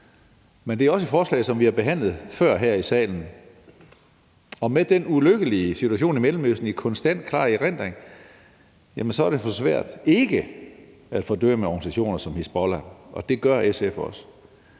her. Det er også et forslag, som vi har behandlet før her i salen, og med den ulykkelige situation i Mellemøsten i konstant klar erindring er det svært ikke at fordømme organisationer som Hizbollah. Det gør SF også,